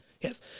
yes